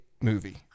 movie